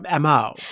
MO